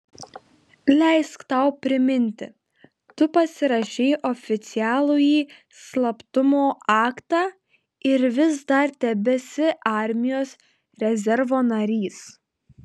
leisk tau priminti tu pasirašei oficialųjį slaptumo aktą ir vis dar tebesi armijos rezervo narys